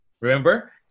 remember